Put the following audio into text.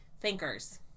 thinkers